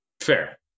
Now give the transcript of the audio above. fair